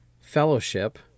fellowship